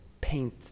paint